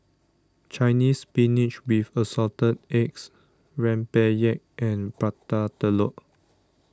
Chinese Spinach with Assorted Eggs Rempeyek and Prata Telur